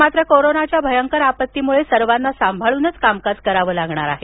मात्र कोरोनाच्या भयंकर आपत्तीमुळं सर्वांना सांभाळूनच कामकाज करावे लागणार आहेत